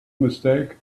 mistake